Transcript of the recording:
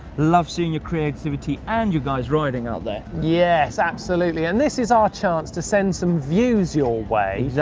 love seeing your creativity and you guys' riding out there. yes, absolutely, and this is our chance to send some views your way.